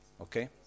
Okay